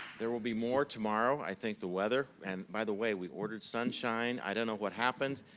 there will be more tomorrow, i think the weather, and by the way, we ordered sunshine. i don't know what happened.